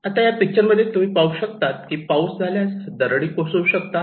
आता या पिक्चर मध्ये तुम्ही पाहू शकतात की पाऊस झाल्यास दरडी कोसळू शकतात